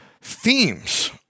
themes